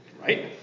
Right